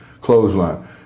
Clothesline